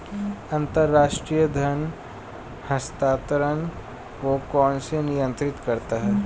अंतर्राष्ट्रीय धन हस्तांतरण को कौन नियंत्रित करता है?